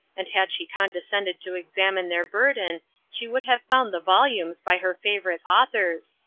and had she condescended to examine their burden she would have found the volumes by her favourite authors,